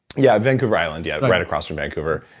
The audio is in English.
yeah, vancouver island, yeah right across from vancouver.